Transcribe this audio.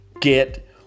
Get